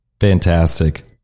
Fantastic